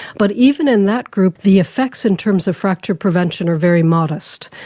but even in that group the effects in terms of fracture prevention are very modest.